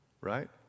Right